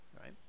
right